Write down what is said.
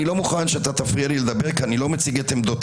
אני לא מוכן שאתה תפריע לי לדבר כי אני לא מציג את עמדותייך,